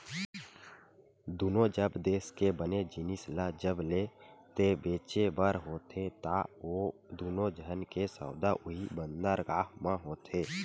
दुनों जब देस के बने जिनिस ल जब लेय ते बेचें बर होथे ता ओ दुनों झन के सौदा उहीं बंदरगाह म होथे